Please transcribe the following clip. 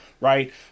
Right